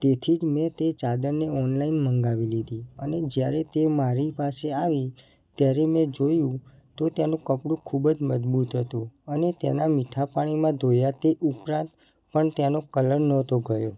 તેથી જ મેં તે ચાદરને ઓનલાઈન મગાવી લીધી અને જયારે તે મારી પાસે આવી ત્યારે મેં જોયું તો તેનું કપડું ખૂબ જ મજબૂત હતું અને તેનાં મીઠા પાણીમાં ધોયાથી ઉપરાંત પણ તેનો કલર નહોતો ગયો